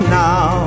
now